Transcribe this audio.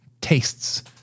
tastes